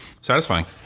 satisfying